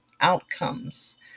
outcomes